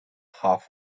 half